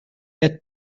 quatre